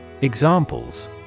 Examples